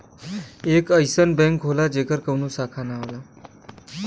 एक अइसन बैंक होला जेकर कउनो शाखा ना होला